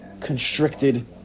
constricted